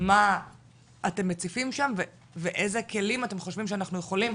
מה אתם מציפים שם ואיזה כלים אתם חושבים שאנחנו יכולים,